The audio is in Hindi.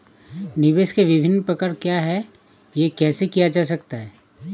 निवेश के विभिन्न प्रकार क्या हैं यह कैसे किया जा सकता है?